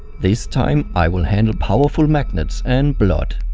this time i will handle powerful magnets and blood.